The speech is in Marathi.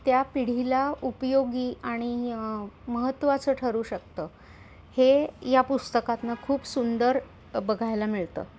त्या पिढीला उपयोगी आणि महत्त्वाचं ठरू शकतं हे या पुस्तकातनं खूप सुंदर अ बघायला मिळतं